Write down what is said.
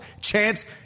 chance